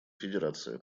федерация